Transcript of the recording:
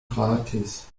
gratis